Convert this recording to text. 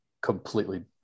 completely